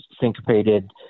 syncopated